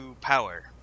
power